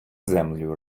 землю